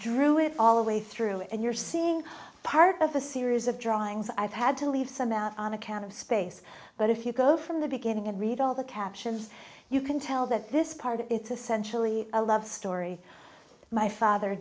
drew it all the way through and you're seeing part of a series of drawings i've had to leave some out on account of space but if you go from the beginning and read all the captions you can tell that this part of it's essentially a love story my father